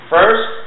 First